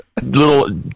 little